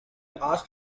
ask